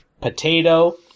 Potato